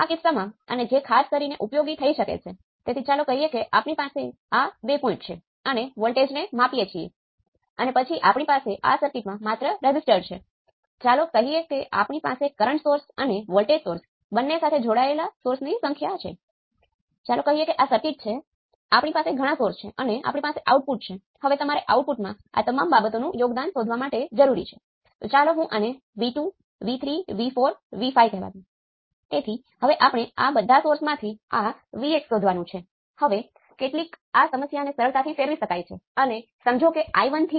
તેથી ફક્ત સંપૂર્ણતા માટે ચાલો મને આ સર્કિટ છે તેનો અર્થ એ છે કે આપણે ત્યાં KCL સમીકરણ લખી શકતા નથી